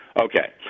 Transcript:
Okay